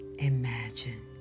Imagine